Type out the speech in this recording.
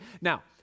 Now